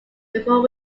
before